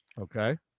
Okay